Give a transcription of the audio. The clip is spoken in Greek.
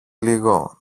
λίγο